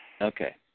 Okay